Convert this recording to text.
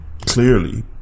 clearly